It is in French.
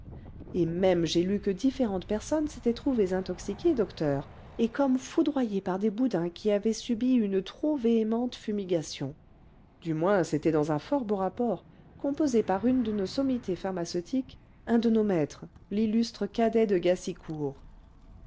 et même j'ai lu que différentes personnes s'étaient trouvées intoxiquées docteur et comme foudroyées par des boudins qui avaient subi une trop véhémente fumigation du moins c'était dans un fort beau rapport composé par une de nos sommités pharmaceutiques un de nos maîtres l'illustre cadet de gassicourt